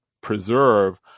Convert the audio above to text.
preserve